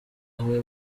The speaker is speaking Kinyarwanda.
abo